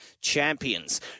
champions